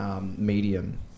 medium